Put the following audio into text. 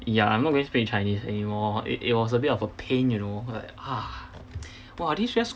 ya I'm not gonna speak in chinese anymore i~ it was a bit of a pain you know like ugh !wah! this just